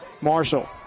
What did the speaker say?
Marshall